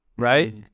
Right